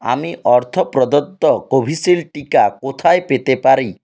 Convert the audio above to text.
আমি অর্থ প্রদত্ত কোভিশিল্ড টিকা কোথায় পেতে পারি